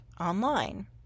online